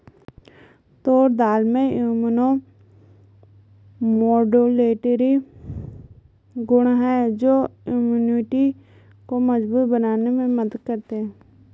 तूर दाल में immunomodulatory गुण हैं जो इम्यूनिटी को मजबूत बनाने में मदद करते है